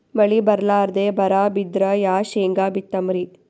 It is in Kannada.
ಮಳಿ ಬರ್ಲಾದೆ ಬರಾ ಬಿದ್ರ ಯಾ ಶೇಂಗಾ ಬಿತ್ತಮ್ರೀ?